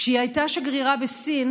כשהיא הייתה שגרירה בסין